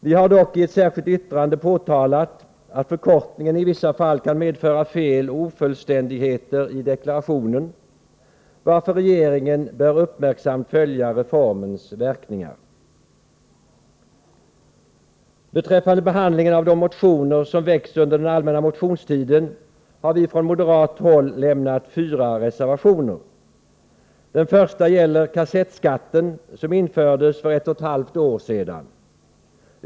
Vi har dock i ett särskilt yttrande påpekat att förkortningen i vissa fall kan medföra fel och ofullständigheter i deklarationen, varför regeringen uppmärksamt bör följa reformens verkningar. Beträffande behandlingen av de motioner som väckts under den allmänna motionstiden har vi moderater lämnat fyra reservationer. Den första gäller kassettskatten, som infördes för ett och ett halvt år sedan.